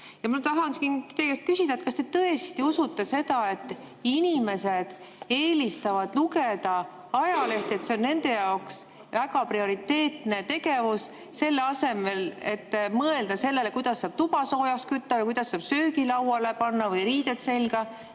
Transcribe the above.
Ma tahan teie käest küsida, kas te tõesti usute seda, et inimesed eelistavad lugeda ajalehte, et see on nende jaoks väga prioriteetne tegevus, selle asemel et mõelda sellele, kuidas saab toa soojaks kütta ja kuidas saab söögi lauale panna või riided selga.